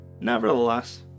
Nevertheless